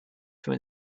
from